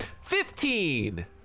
Fifteen